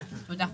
תודה.